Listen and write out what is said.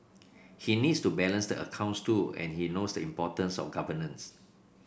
he needs to balance the accounts too and he knows the importance of governance